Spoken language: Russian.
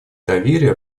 доверия